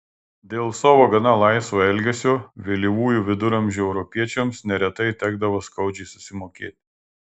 dėl savo gana laisvo elgesio vėlyvųjų viduramžių europiečiams neretai tekdavo skaudžiai susimokėti